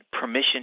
permission